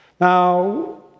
Now